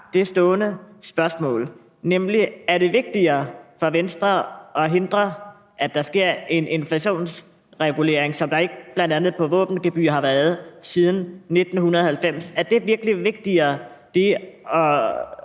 står bare spørgsmålet: Er det vigtigere for Venstre at hindre, at der sker en inflationsregulering, som der bl.a. i forbindelse med våbengebyrer ikke har været siden 1990? Er det virkelig vigtigere at